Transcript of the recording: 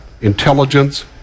intelligence